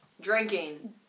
Drinking